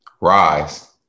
Rise